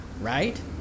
right